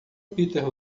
peter